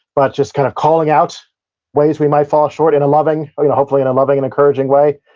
but, just kind of calling out ways we might fall short in a loving, or hopefully in a loving and encouraging way.